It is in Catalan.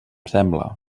sembla